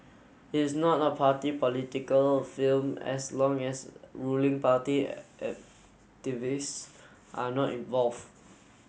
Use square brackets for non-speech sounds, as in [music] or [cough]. is not a party political film as long as ruling party [unintelligible] are not involved